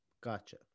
gotcha